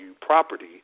property